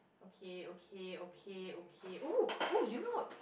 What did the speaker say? okay okay okay okay !ooh! !ooh! you know